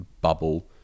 bubble